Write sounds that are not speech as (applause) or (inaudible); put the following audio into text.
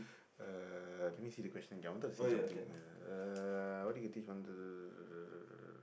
uh let me see the question Again I wanted to see something uh what you can teach one (noise)